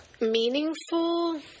meaningful